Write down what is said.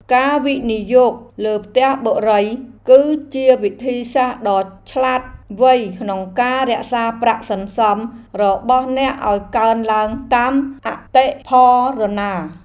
ការវិនិយោគលើផ្ទះបុរីគឺជាវិធីសាស្ត្រដ៏ឆ្លាតវៃក្នុងការរក្សាប្រាក់សន្សំរបស់អ្នកឱ្យកើនឡើងតាមអតិផរណា។